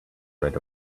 right